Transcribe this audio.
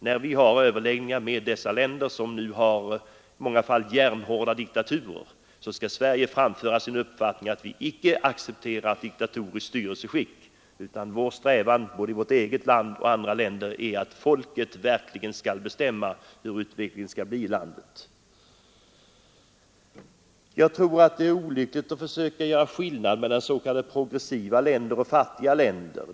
När vi har överläggningar med dessa länder — som i många fall är järnhårda diktaturer — skall Sverige framhålla att vi icke accepterar diktatoriskt styrelseskick utan att vår strävan, både i vårt eget land och i andra länder, är att folket verkligen skall få bestämma hurdan utvecklingen skall bli i landet. Jag tror att det är olyckligt att försöka göra skillnader mellan s.k. progressiva länder och fattiga länder.